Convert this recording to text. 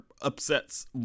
upsets